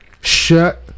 Shut